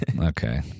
Okay